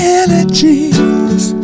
energies